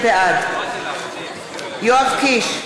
בעד יואב קיש,